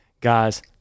Guys